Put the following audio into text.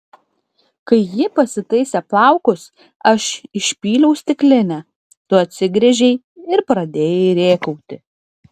kai ji pasitaisė plaukus aš išpyliau stiklinę tu atsigręžei ir pradėjai rėkauti